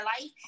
life